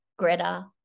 Greta